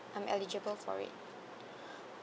I'm eligible for it